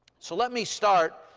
so let me start